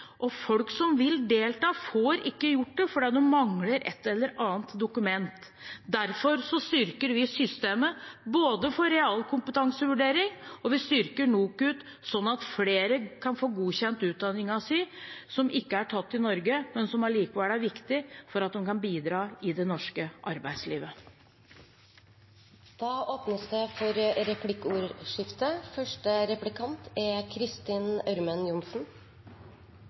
og folk som vil delta, får ikke gjort det fordi de mangler et eller annet dokument. Derfor styrker vi systemet for realkompetansevurdering, og vi styrker NOKUT, sånn at flere kan få godkjent utdanningen sin, som ikke er tatt i Norge, men som allikevel er viktig for at de kan bidra i det norske arbeidslivet. Det blir replikkordskifte.